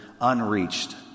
unreached